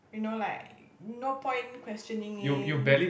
you know like no point questioning it